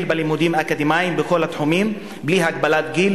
בלימודים אקדמיים בכל התחומים בלי הגבלת גיל,